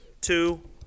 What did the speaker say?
two